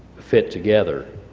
fit together.